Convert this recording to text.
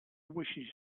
wishes